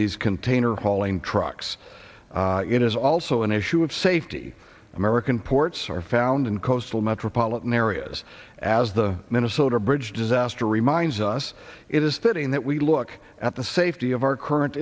these container hauling trucks it is also an issue of safety american ports are found in coastal metropolitan areas as the minnesota bridge disaster reminds us it is fitting that we look at the safety of our current